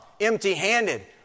empty-handed